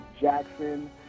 Jackson